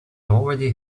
already